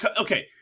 okay